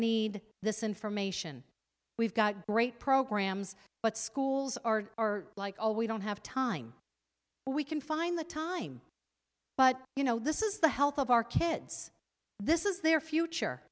need this information we've got great programs but schools are like all we don't have time we can find the time but you know this is the health of our kids this is their future